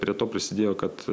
prie to prisidėjo kad